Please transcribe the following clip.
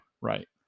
Right